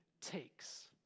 takes